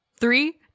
Three